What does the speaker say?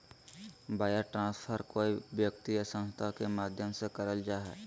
wire transfer कोय व्यक्ति या संस्था के माध्यम से करल जा हय